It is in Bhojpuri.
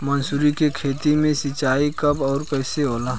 मसुरी के खेती में सिंचाई कब और कैसे होला?